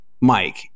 Mike